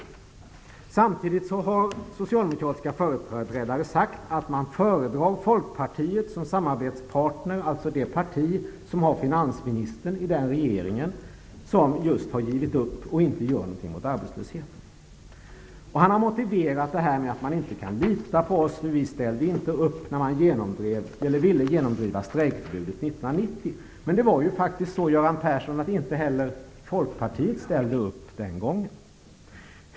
Men samtidigt har socialdemokratiska företrädare sagt att Socialdemokraterna föredrar Folkpartiet som samarbetspartner, dvs. det parti som har finansministern i den regering som just givit upp och som inte gör någonting åt arbetslösheten. Han har motiverat det med att man inte kan lita på oss, därför att vi inte ställde upp när man ville genomdriva strejkförbudet 1990. Men inte heller Folkpartiet ställde upp den gången.